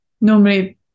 normally